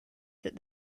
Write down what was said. that